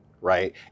right